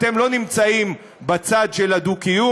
אתם לא נמצאים בצד של הדו-קיום,